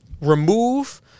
remove